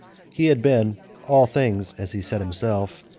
he had been all things, as he said himself,